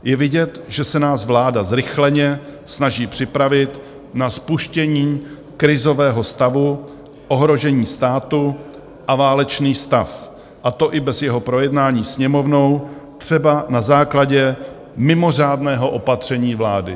Je vidět, že se nás vláda zrychleně snaží připravit na spuštění krizového stavu ohrožení státu a válečný stav, a to i bez jeho projednání Sněmovnou, třeba na základě mimořádného opatření vlády.